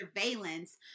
surveillance